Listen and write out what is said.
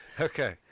Okay